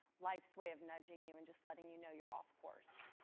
life's way of nudging you and just letting you know you are off course.